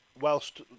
Whilst